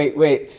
wait, wait.